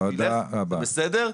זה בסדר,